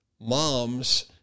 mom's